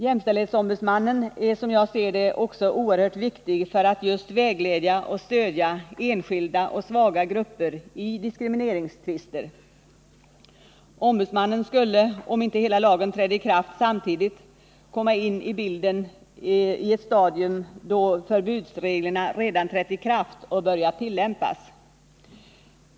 Jämställdhetsombudsmannen är, som jag ser det, också oerhört viktig för att just vägleda och stödja enskilda och svaga grupper i diskrimineringstvister. Ombudsmannen skulle — om inte hela lagen trädde i kraft samtidigt — komma in i bilden i ett stadium då förbudsreglerna redan trätt i kraft och börjat tillämpas.